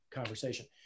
conversation